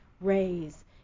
raise